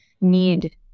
need